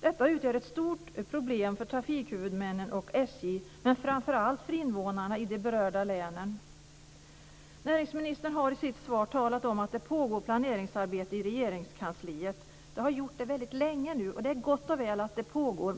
Detta utgör ett stort problem för trafikhuvudmännen och SJ, men framför allt för invånarna i de berörda länen. Näringsministern har i sitt svar talat om att det pågår planeringsarbete i Regeringskansliet. Det har det gjort väldigt länge nu, och det är gott och väl att det pågår.